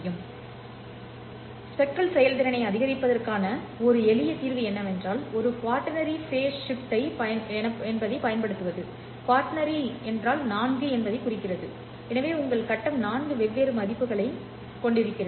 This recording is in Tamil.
ஸ்பெக்ட்ரல் செயல்திறனை அதிகரிப்பதற்கான ஒரு எளிய தீர்வு என்னவென்றால் ஒரு குவாட்டர்னரி ஃபேஸ் ஷிப்ட் கீ எனப்படுவதைப் பயன்படுத்துவது குவாட்டர்னரி நான்கு என்பதைக் குறிக்கிறது எனவே உங்கள் கட்டம் நான்கு வெவ்வேறு மதிப்புகளைக் கடந்து செல்கிறது